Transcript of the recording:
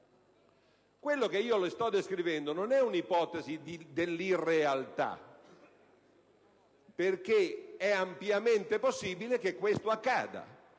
Quanto le sto descrivendo non è una ipotesi dell'irrealtà, perché è ampiamente possibile che accada.